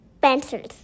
Pencils